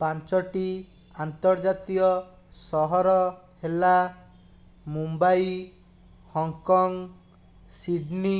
ପାଞ୍ଚଟି ଆନ୍ତର୍ଜାତୀୟ ସହର ହେଲା ମୁମ୍ବାଇ ହଂକଂ ସିଡନୀ